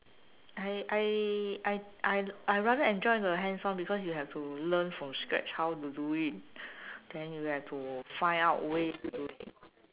I I I I I rather enjoy the hands on because you have to learn from scratch how to do it then you have to find out ways to do